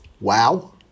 Wow